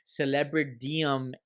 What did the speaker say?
celebridium